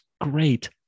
great